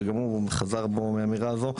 שגם הוא חזר בו מהאמירה הזו,